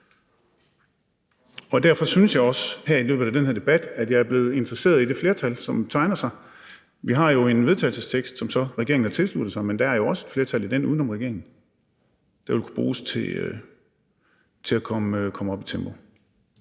af den her debat er blevet interesseret i det flertal, som tegner sig. Vi har et forslag til vedtagelse, som regeringen så har tilsluttet sig, men der er jo også et flertal for den uden om regeringen, der ville kunne bruges til at komme op i tempo.